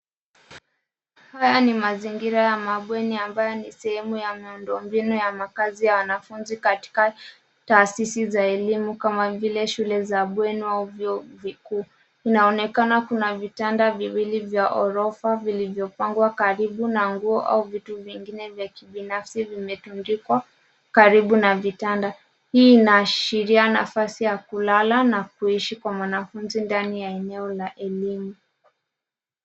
Haya ni mazingira ya mabweni ambayo ni sehemu ya miundo mbinu ya makazi ya wanafunzi katika taasisi za elimu kama vile shule za bweni wa vyoo vikuu , vinaonekana kuna vitanda viwili vya ghorofa vilivyopangwa karibu na nguo au vitu vingine vya kibinafsi vimetundikwa karibu na vitanda hii inaashiria nafasi ya kulala na kuishi kwa mwanafunzi ndani ya eneo la elimu.